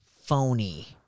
phony